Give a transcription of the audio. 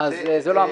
אז זה לא המקום.